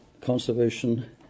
conservation